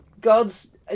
Gods